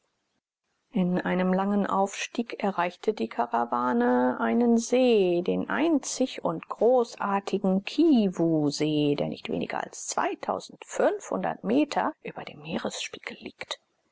in einem langen aufstieg erreichte die karawane einen see den einzig und großartigen kiwusee der nicht weniger als meter über dem meeresspiegel liegt